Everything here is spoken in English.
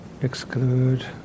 exclude